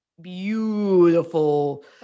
beautiful